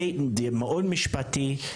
מאוד משפטי,